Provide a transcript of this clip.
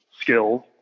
skills